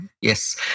Yes